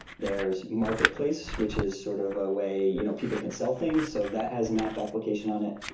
there's marketplace, which is sort of a way you know people can sell things. so that has a map application on it.